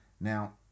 Now